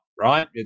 right